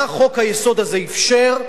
מה חוק-היסוד הזה אפשר,